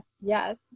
Yes